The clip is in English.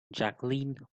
jacqueline